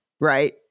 right